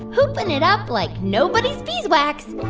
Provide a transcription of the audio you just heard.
pooping it up like nobody's beeswax.